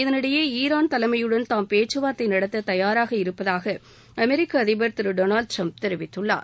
இதற்கிடையே ஈரான் தலைமையுடன் தாம் பேச்சுவார்த்தை நடத்த தபாராக இருப்பதாக அமெரிக்க அதிபர் திரு டொனால்டு டிரம்ப் தெரிவித்துள்ளார்